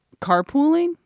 carpooling